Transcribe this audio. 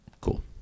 Cool